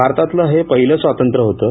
भारतातलं हे पहिलं स्वातंत्र्य होतं